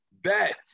bet